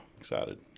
excited